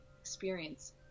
experience